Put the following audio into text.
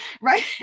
right